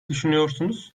düşünüyorsunuz